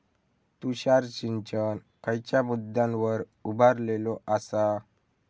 तुषार सिंचन खयच्या मुद्द्यांवर उभारलेलो आसा?